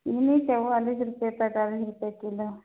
यही चौवालिस रुपये पैंतालिस रुपये किलो